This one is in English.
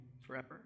forever